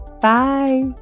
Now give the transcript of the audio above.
Bye